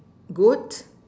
goat